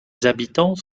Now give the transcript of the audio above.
habitants